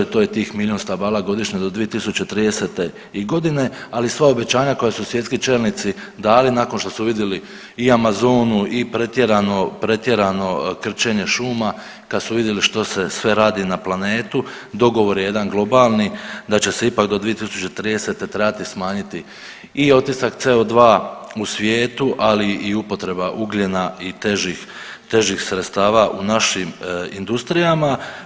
To je tih milion stabala godišnje do 2030. i godine, ali sva obećanja koja su svjetski čelnici dali nakon što su vidjeli i Amazonu i pretjerano, pretjerano krčenje šuma kad su vidjeli što se sve radi na planetu dogovor je jedan globalni da će se ipak do 2030. trebati smanjiti i otisak CO2 u svijetu, ali i upotreba ugljena i težih, težih sredstava u našim industrijama.